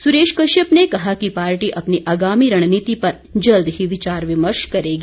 सुरेश कश्यप ने कहा कि पार्टी अपनी आगामी रणनीति पर जल्द ही विचार विमर्श करेगी